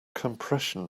compression